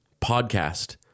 podcast